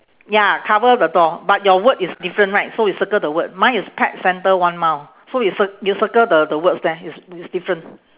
ya cover the door but your word is different right so we circle the word mine is pet centre one mile so you cir~ you circle the the words there it's it's different